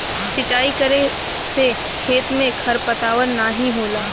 सिंचाई करे से खेत में खरपतवार नाहीं होला